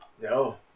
No